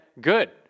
good